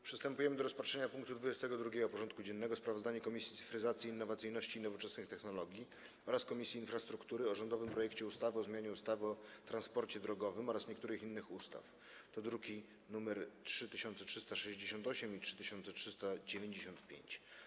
Przystępujemy do rozpatrzenia punktu 22. porządku dziennego: Sprawozdanie Komisji Cyfryzacji, Innowacyjności i Nowoczesnych Technologii oraz Komisji Infrastruktury o rządowym projekcie ustawy o zmianie ustawy o transporcie drogowym oraz niektórych innych ustaw (druki nr 3368 i 3395)